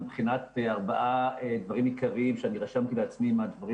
מבחינת ארבעה דברים עיקריים שאני רשמתי לעצמי מהדברים